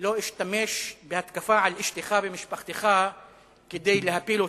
לא אשתמש בהתקפה על אשתך ומשפחתך כדי להפיל אותך,